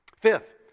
Fifth